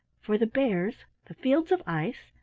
for the bears, the fields of ice,